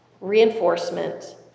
reinforcement